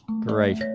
Great